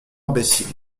imbécile